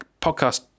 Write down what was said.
podcast